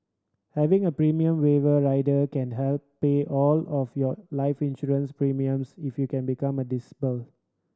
having a premium waiver rider can help pay all of your life insurance premiums if you can become disabled